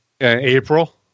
April